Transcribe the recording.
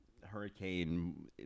Hurricane